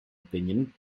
opinion